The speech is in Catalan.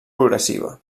progressiva